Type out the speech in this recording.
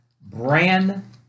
brand